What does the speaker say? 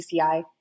PCI